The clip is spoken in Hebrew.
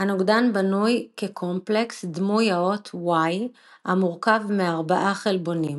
הנוגדן בנוי כקומפלקס דמוי האות Y המורכב מארבעה חלבונים